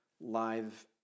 live